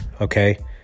okay